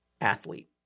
athlete